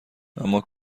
اما